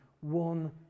one